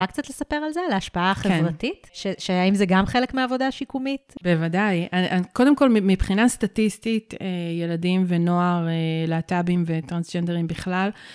רק קצת לספר על זה, על ההשפעה החברתית? שהאם זה גם חלק מהעבודה השיקומית? בוודאי. קודם כול, מבחינה סטטיסטית, ילדים ונוער, להטבים וטרנסג'נדרים בכלל,